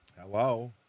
Hello